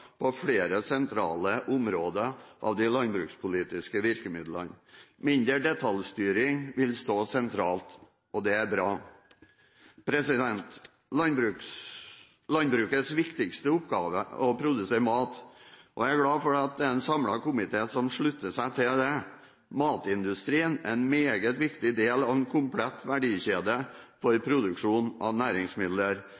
på flere sentrale områder av de landbrukspolitiske virkemidlene. Mindre detaljstyring vil stå sentralt, og det er bra. Landbrukets viktigste oppgave er å produsere mat. Jeg er glad for at det er en samlet komité som slutter seg til det. Matindustrien er en meget viktig del av en komplett verdikjede for produksjon av næringsmidler. Det er